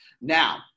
Now